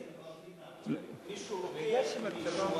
אם מישהו לוקח ממישהו,